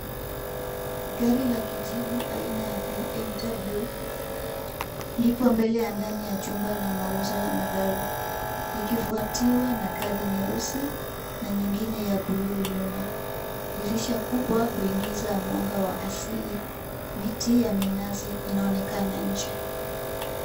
Gari la kijivu aina ya BMW lipo mbele ya ndani ya jumba la mauzo ya magari likifwatiwa na gari nyeusi na nyingine ya buluu nyuma , dirisha kubwa huingiza mwanga wa asili, miti ya minazi inaonekana nje.